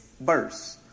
verse